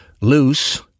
Loose